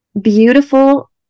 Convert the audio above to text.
beautiful